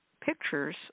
pictures